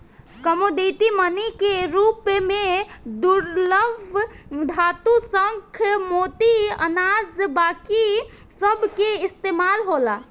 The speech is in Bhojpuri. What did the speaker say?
कमोडिटी मनी के रूप में दुर्लभ धातु, शंख, मोती, अनाज बाकी सभ के इस्तमाल होला